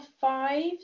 five